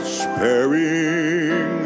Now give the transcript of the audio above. sparing